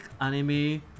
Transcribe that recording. anime